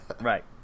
Right